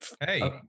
hey